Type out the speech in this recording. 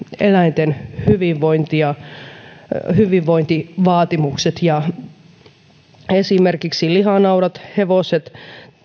eläinten hyvinvointivaatimukset esimerkiksi lihanaudat hevoset